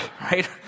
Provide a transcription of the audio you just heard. right